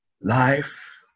life